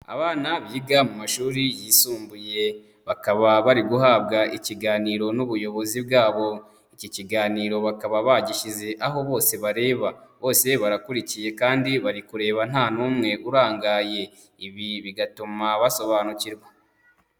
Abana biga mu mashuri yisumbuye, bakaba bari guhabwa ikiganiro n'ubuyobozi bwabo, iki kiganiro bakaba bagishyize aho bose bareba, bose barakurikiye kandi bari kureba nta n'umwe urangaye, ibi bigatuma basobanukirwa.